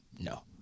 no